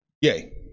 Yay